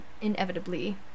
inevitably